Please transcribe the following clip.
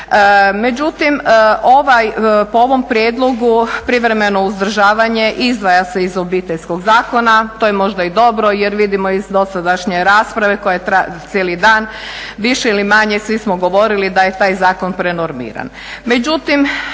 Međutim, po ovom prijedlogu privremeno uzdržavanje izdvaja se iz Obiteljskog zakona. To je možda i dobro jer vidimo iz dosadašnje rasprave koja traje cijeli dan više ili manje svi smo govorili da je taj zakon prenormiran.